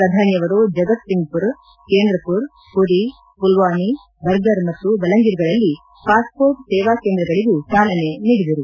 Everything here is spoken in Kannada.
ಪ್ರಧಾನಿಯವರು ಜಗತ್ ಸಿಂಗ್ ಪುರ್ ಕೇಂದ್ರಪುರ್ ಪುಲಿ ಪುಲ್ಲಾನಿ ಬರ್ಗರ್ ಮತ್ತು ಬಲಂಗೀರ್ ಗಳಲ್ಲ ಪಾಸ್ ಪೋರ್ವ್ ಸೇವಾ ಕೇಂದ್ರಗಳಗೂ ಚಾಲನೆ ನೀಡಿದರು